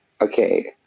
okay